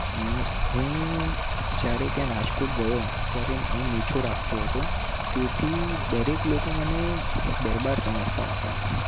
હું હું જયારે ત્યાં રાજકોટ ગયો ત્યારે હું મૂછો રાખતો હતો તેથી દરેક લોકો મને દરબાર સમજતા હતા